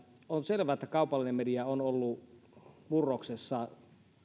on selvä että kaupallinen media on ollut murroksessa